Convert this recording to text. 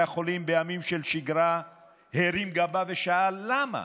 החולים בימים של שגרה הרים גבה ושאל: למה,